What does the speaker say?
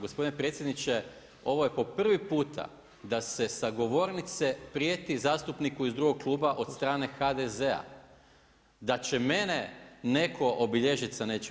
Gospodine predsjedniče ovo je po prvi puta da se sa govornice prijeti zastupniku iz drugog kluba od strane HDZ-a, da će mene neko obilježiti s nečim.